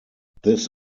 this